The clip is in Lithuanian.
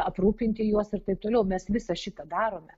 aprūpinti juos ir taip toliau mes visą šitą darome